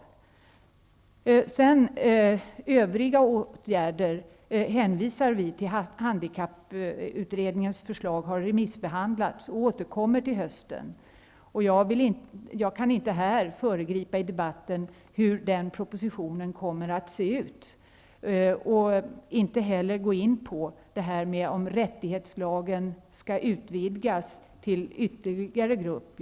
När det gäller övriga åtgärder återkommer vi i höst efter det att handikapputredningens förslag har remissbehandlats. Jag kan inte här i debatten föregripa hur den propositionen kommer att se ut och inte heller gå in på om rättighetslagen skall utvidgas till att gälla ytterligare grupper.